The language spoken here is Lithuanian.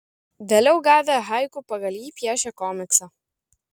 vėliau gavę haiku pagal jį piešė komiksą